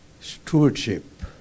stewardship